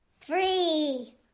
Three